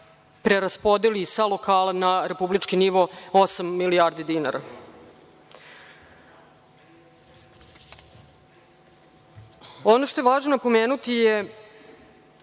preraspodeli sa lokala na republički nivo osam milijardi dinara. Ono što je važno napomenuti je